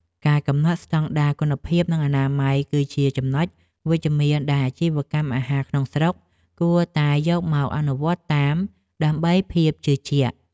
ការកំណត់ស្តង់ដារគុណភាពនិងអនាម័យគឺជាចំណុចវិជ្ជមានដែលអាជីវកម្មអាហារក្នុងស្រុកគួរតែយកមកអនុវត្តតាមដើម្បីភាពជឿជាក់។